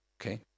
Okay